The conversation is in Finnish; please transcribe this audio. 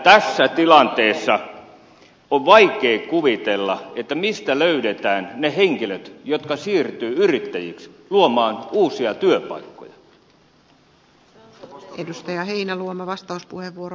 tässä tilanteessa on vaikea kuvitella mistä löydetään ne henkilöt jotka siirtyvät yrittäjiksi luomaan uusia työpaikkoja